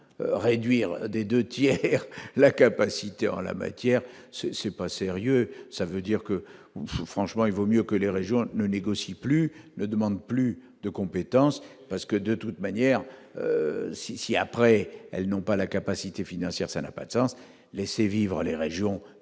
réduire des 2 tiers la capacité en la matière, c'est c'est pas sérieux, ça veut dire que franchement il vaut mieux que les régions ne négocie plus le demandent plus de compétences parce que de toute manière si après, elles n'ont pas la capacité financière, ça n'a pas de sens, laissez vivre les régions